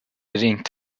ringt